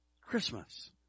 Christmas